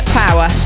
power